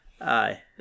Aye